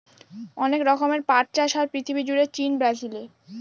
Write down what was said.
অনেক রকমের পাট চাষ হয় পৃথিবী জুড়ে চীন, ব্রাজিলে